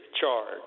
charge